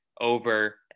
over